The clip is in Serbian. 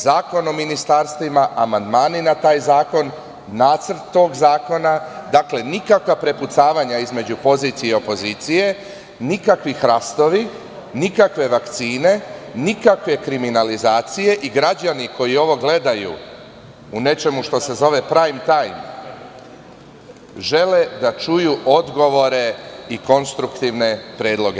Zakon o ministarstvima, amandmani na taj zakon, nacrt tog zakona, nikakva prepucavanja između pozicije i opozicije, nikakvi hrastovi, nikakve vakcine, nikakve kriminalizacije i građani koji ovo gledaju u nečemu što se zove „Prajm tajm“, žele da čuju odgovore i konstruktivne predloge.